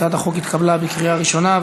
הצעת החוק התקבלה בקריאה ראשונה,